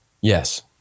Yes